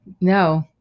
No